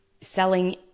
selling